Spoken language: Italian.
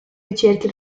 ricerche